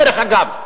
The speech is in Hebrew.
דרך אגב.